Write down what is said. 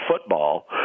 football